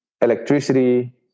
electricity